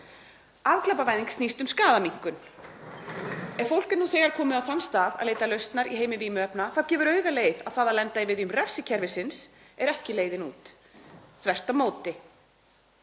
Afglæpavæðing snýst um skaðaminnkun. Ef fólk er nú þegar komið á þann stað að leita lausnar í heimi vímuefna þá gefur augaleið að það að lenda í viðjum refsikerfisins er ekki leiðin út, þvert á móti.